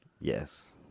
Yes